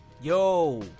Yo